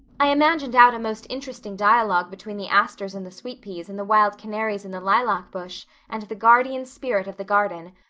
i imagined out a most interesting dialogue between the asters and the sweet peas and the wild canaries in the lilac bush and the guardian spirit of the garden.